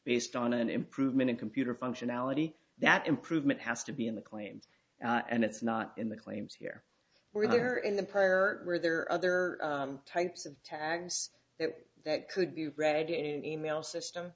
based on an improvement in computer functionality that proved it has to be in the claims and it's not in the claims here were there in the prior where there are other types of tags that could be read in an email system